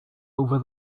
over